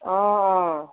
অঁ অঁ